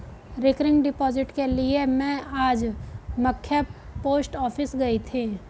recurring deposit के लिए में आज मख्य पोस्ट ऑफिस गयी थी